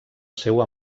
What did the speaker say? seua